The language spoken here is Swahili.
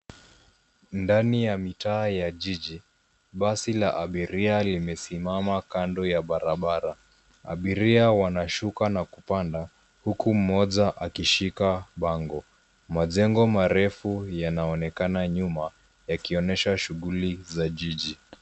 Ndani ya mitaa ya jiji, basi la abiria limesimama kando ya barabara. Abiria wanashuka, na kupanda, huku mmoja akishika bango. Majengo marefu yanaonekana nyuma, yakionyesha shughuli za jiji.